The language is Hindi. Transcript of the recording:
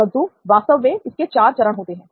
परंतु वास्तव में इसमें चार चरण होते हैं